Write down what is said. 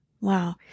Wow